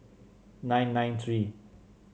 nine nine three